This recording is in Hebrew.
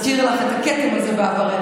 נזכיר לך את הכתם הזה בעברך.